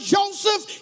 Joseph